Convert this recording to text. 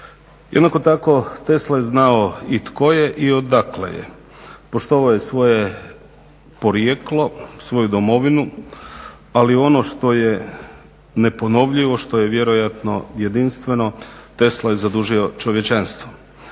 Jednako tako Tesla je znao i tko je odakle je. Poštovao je svoje porijeklo, svoju domovinu, ali ono što je neponovljivo, što je vjerojatno jedinstveno Tesla je zadužio čovječanstvo.